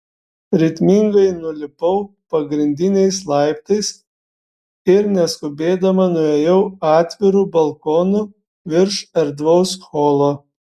ritmingai nulipau pagrindiniais laiptais ir neskubėdama nuėjau atviru balkonu virš erdvaus holo